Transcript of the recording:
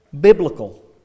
biblical